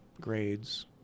grades